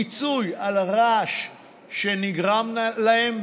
ופיצוי על הרעש שנגרם להן.